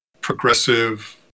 progressive